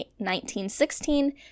1916